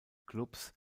clubs